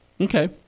Okay